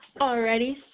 Alrighty